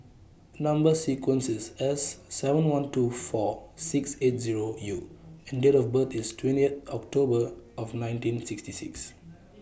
Number sequence IS S seven one two four six eight Zero U and Date of birth IS twentieth October of nineteen sixty six